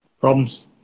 problems